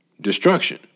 Destruction